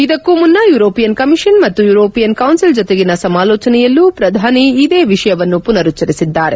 ಇದಕ್ಕೂ ಮುನ್ತ European Commission ಮತ್ತು ಯುರೋಪಿಯನ್ ಕೌನ್ನಿಲ್ ಜತೆಗಿನ ಸಮಾಲೋಚನೆಯಲ್ಲೂ ಪ್ರಧಾನಿ ಇದೇ ವಿಷಯವನ್ನು ಪುನರುಚ್ಚರಿಸಿದ್ದಾರೆ